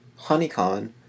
HoneyCon